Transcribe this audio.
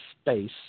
space